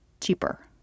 cheaper